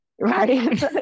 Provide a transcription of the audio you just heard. Right